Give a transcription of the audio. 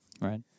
Right